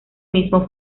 mismo